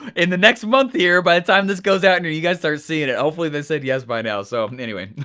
in the next month here, by the time this goes out there, and you guys start seeing it, hopefully they said yes by now. so and anyway,